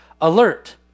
alert